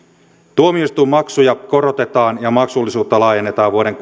tuomioistuinmaksuja korotetaan ja maksullisuutta laajennetaan vuoden